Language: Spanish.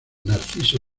narciso